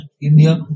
India